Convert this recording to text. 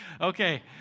Okay